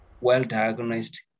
well-diagnosed